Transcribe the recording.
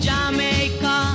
Jamaica